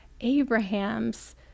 Abraham's